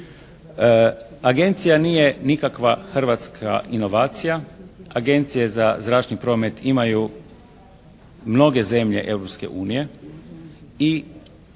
Agencija nije nikakva hrvatska inovacija. Agencije za zračni promet imaju mnoge zemlje Europske